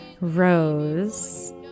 Rose